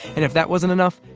and if that wasn't enough,